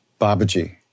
Babaji